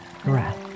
breath